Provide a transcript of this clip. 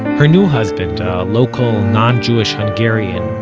her new husband, a local non-jewish hungarian,